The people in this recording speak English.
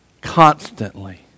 constantly